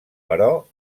però